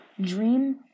Dream